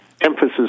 emphasis